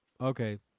okay